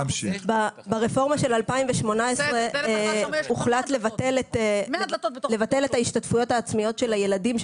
ברפורמה של 2018 הוחלט לבטל את ההשתתפויות העצמיות של הילדים,